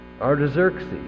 Artaxerxes